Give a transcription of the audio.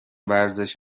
ورزش